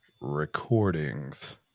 recordings